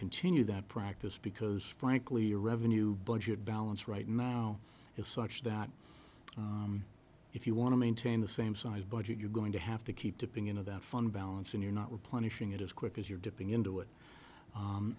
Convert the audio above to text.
continue that practice because frankly your revenue budget balance right now is such that if you want to maintain the same size budget you're going to have to keep dipping into that fund balance and you're not replenishing it as quick as you're dipping into it